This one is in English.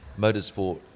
motorsport